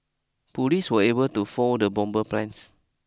police were able to foil the bomber plans